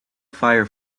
fire